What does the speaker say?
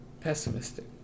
pessimistic